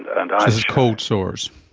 and this is cold sores